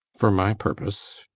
for my purpose